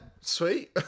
sweet